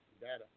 data